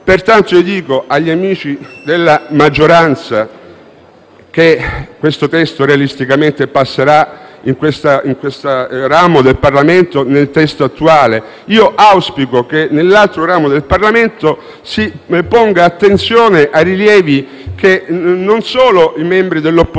Pertanto, mi rivolgo agli amici della maggioranza. Questo testo, realisticamente, passerà in questo ramo del Parlamento nel testo attuale, ma auspico che nell'altro ramo del Parlamento si ponga attenzione ai rilievi che non solo i membri dell'opposizione